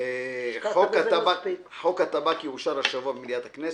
חוק הטבק יאושר השבוע במליאת הכנסת.